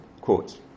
quotes